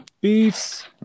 Beefs